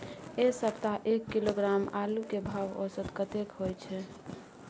ऐ सप्ताह एक किलोग्राम आलू के भाव औसत कतेक होय छै?